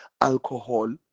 alcohol